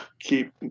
keep